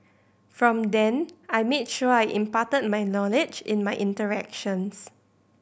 from then I made sure I imparted my knowledge in my interactions